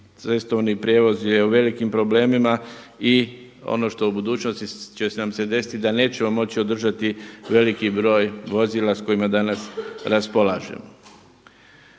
cestovni prijevoz je u velikim problemima i ono što u budućnosti će nam se desiti da nećemo moći održati veliki broj vozila s kojima danas raspolažemo.